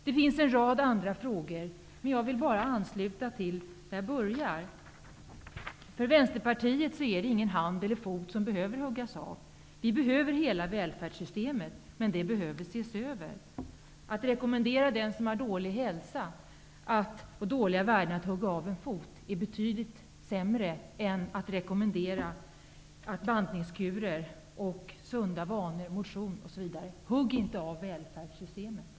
Det finns en rad andra frågor att ta upp, men jag vill avslutningsvis bara ansluta till det som jag sade i inledningen. För Vänsterpartiet är det ingen hand eller fot som behöver huggas av. Vi behöver hela välfärdssystemet, även om det behö ver ses över. Att rekommendera den som har då lig hälsa och dåliga värden att hugga av en fot är betydligt sämre än att rekommendera bantnings kurer, sunda vanor, motion osv. Hugg inte av väl färdssystemet!